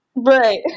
Right